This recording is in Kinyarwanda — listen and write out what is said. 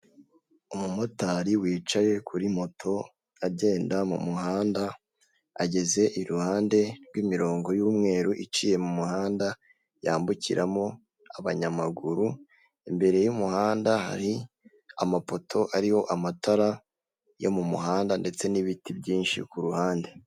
Umumotari wicaye kuri moto agenda mu muhanda ageze iruhande rw'imirongo y'umweru iciye mu muhanda yambukiramo abanyamaguru, imbere y'umuhanda hari amapoto ariyo amatara yo mu muhanda ndetse n'ibiti byinshi ku ruhande.